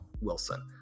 Wilson